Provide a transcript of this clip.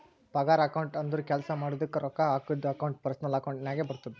ಪಗಾರ ಅಕೌಂಟ್ ಅಂದುರ್ ಕೆಲ್ಸಾ ಮಾಡಿದುಕ ರೊಕ್ಕಾ ಹಾಕದ್ದು ಅಕೌಂಟ್ ಪರ್ಸನಲ್ ಅಕೌಂಟ್ ನಾಗೆ ಬರ್ತುದ